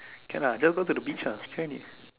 can lah just go to the beach ah